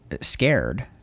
scared